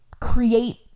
create